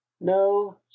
no